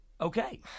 okay